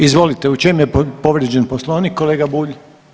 Izvolite u čemu je povrijeđen Poslovnik kolega Bulj?